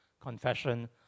confession